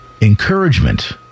encouragement